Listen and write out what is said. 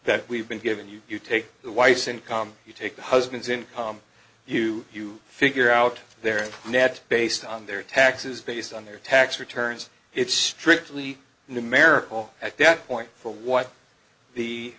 that we've been given you take the wife's income you take the husband's in you you figure out their net based on their taxes based on their tax returns it's strictly numerical at that point for what the